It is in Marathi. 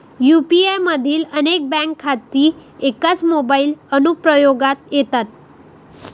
यू.पी.आय मधील अनेक बँक खाती एकाच मोबाइल अनुप्रयोगात येतात